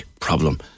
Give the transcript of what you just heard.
problem